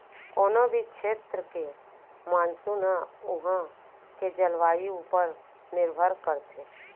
कोनों भी छेत्र के मानसून ह उहॉं के जलवायु ऊपर निरभर करथे